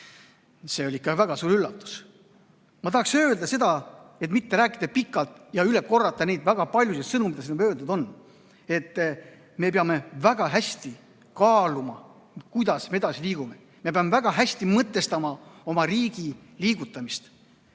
see oli ikka väga suur üllatus. Ma tahaksin öelda seda, et mitte rääkida pikalt ja üle korrata neid väga paljusid sõnu, mis siin juba öeldud on, et me peame väga hästi kaaluma, kuidas me edasi liigume. Me peame väga hästi mõtestama oma riigi liigutamist,